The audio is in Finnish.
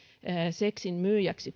seksin myyjäksi